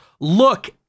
look